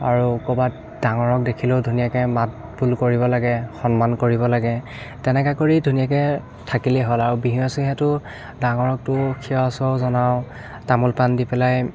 আৰু ক'ৰবাত ডাঙৰক দেখিলেও মাতবোল কৰিব লাগে সন্মান কৰিব লাগে তেনেকৈ কৰি ধুনীয়াকৈ থাকিলেই হ'ল আৰু বিহুৱে চিহুৱেতো ডাঙৰকতো সেৱা চেৱা জনাওঁ তামোল পাণ দি পেলাই